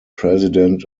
president